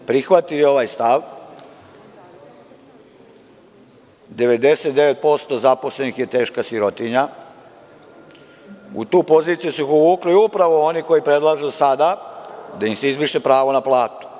Ukoliko bi prihvatili ovaj stav 99% zaposlenih je teška sirotinja, u tu poziciju su ih uvukli upravo oni koji predlažu sada da im se izbriše pravo na platu.